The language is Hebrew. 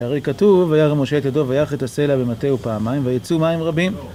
הרי כתוב, וירם משה את ידו ויך את הסלע במטהו פעמיים ויצאו מים רבים